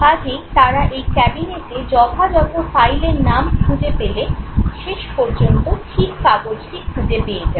কাজেই তাঁরা এই ক্যাবিনেটে যথাযথ ফাইলের নাম খুঁজে পেলে শেষ পর্যন্ত ঠিক কাগজটি খুঁজে পেয়ে যান